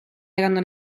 erano